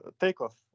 takeoff